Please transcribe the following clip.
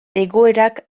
egoerak